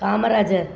Kamarajar